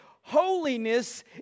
Holiness